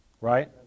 Right